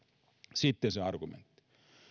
sitten se argumentti